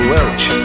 Welch